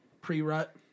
pre-rut